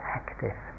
active